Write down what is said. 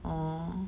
orh